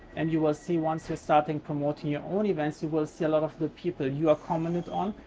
and you will see, once you starting promoting your own events, you will see a lot of the people you ah commented on,